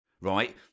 right